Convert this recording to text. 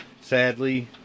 Sadly